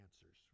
answers